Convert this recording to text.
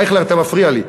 אייכלר, אתה מפריע לי.